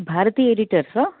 भारती editors वा